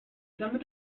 damit